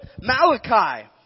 Malachi